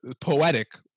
poetic